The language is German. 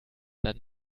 dann